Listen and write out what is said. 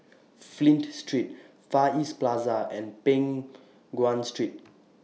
Flint Street Far East Plaza and Peng Nguan Street